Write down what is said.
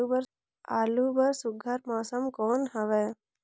आलू बर सुघ्घर मौसम कौन हवे?